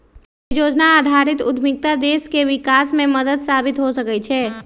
परिजोजना आधारित उद्यमिता देश के विकास में मदद साबित हो सकइ छै